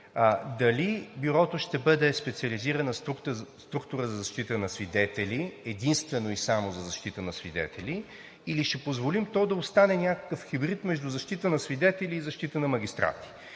дали Бюрото ще бъде специализирана структура единствено и само за защита на свидетели, или ще позволим то да остане някакъв хибрид между защита на свидетели и защита на магистрати?